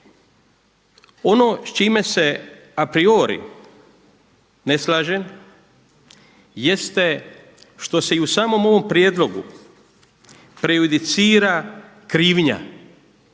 Ono s čime se a priori ne slažem jeste što se i u samom ovom prijedlogu prejudicira krivnja.